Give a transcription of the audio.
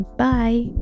bye